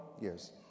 Yes